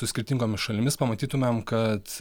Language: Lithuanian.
su skirtingomis šalimis pamatytumėm kad